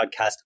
Podcast